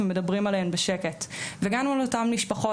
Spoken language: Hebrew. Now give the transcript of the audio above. מדברים עליהם בשקט וגם על אותן משפחות,